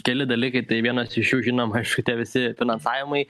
keli dalykai tai vienas iš jų žinoma šitie visi finansavimai